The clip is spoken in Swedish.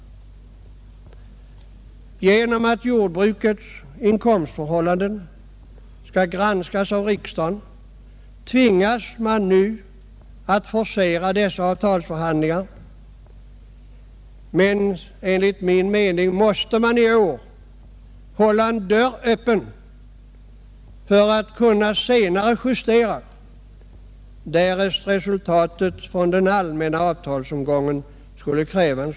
Genom att jordbrukets inkomstförhållanden skall granskas av riksdagen tvingas man nu att forcera dessa avtalsförhandlingar. Men enligt min mening måste man då hålla en dörr öppen för att senare kunna göra Justeringar, därest resultatet från den allmänna avtalsomgängen skulle kräva det.